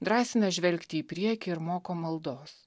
drąsina žvelgti į priekį ir moko maldos